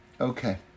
Okay